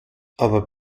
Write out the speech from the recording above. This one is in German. aber